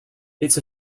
its